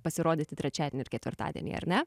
pasirodyti trečiadienį ir ketvirtadienį ar ne